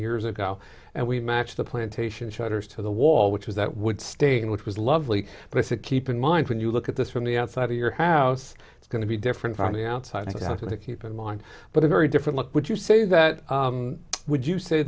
years ago and we match the plantation shutters to the wall which was that would stay in which was lovely but it's a keep in mind when you look at this from the outside of your house it's going to be different from the outside i'm going to keep in mind but a very different look would you say that would you say